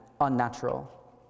unnatural